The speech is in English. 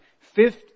Fifth